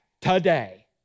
today